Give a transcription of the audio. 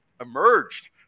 emerged